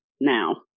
Now